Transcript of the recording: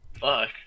Fuck